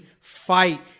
fight